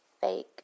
fake